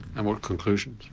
and what conclusion?